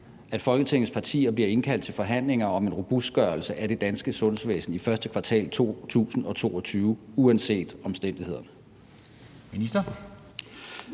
at Folketingets partier bliver indkaldt til forhandlinger om en robustgørelse af det danske sundhedsvæsen i første kvartal 2022 uanset omstændighederne?